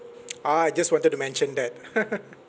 ah just wanted to mention that